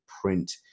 print